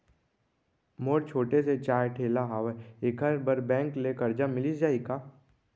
मोर छोटे से चाय ठेला हावे एखर बर बैंक ले करजा मिलिस जाही का?